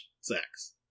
sex